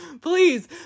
please